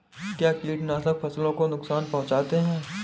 क्या कीटनाशक फसलों को नुकसान पहुँचाते हैं?